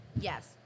Yes